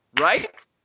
Right